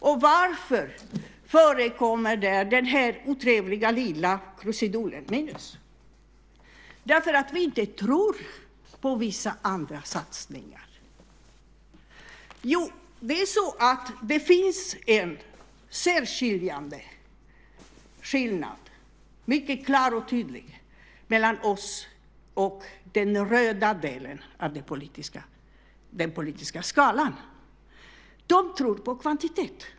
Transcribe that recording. Och varför förekommer den här otrevliga lilla krusidullen, minus? Jo, därför att vi inte tror på vissa andra satsningar. Det är så att det finns en mycket klar och tydlig skillnad mellan oss och den röda delen av den politiska skalan. De tror på kvantitet.